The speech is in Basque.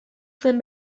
zen